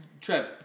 Trev